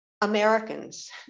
Americans